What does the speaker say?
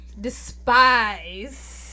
despise